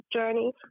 journey